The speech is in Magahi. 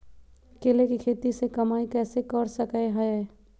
केले के खेती से कमाई कैसे कर सकय हयय?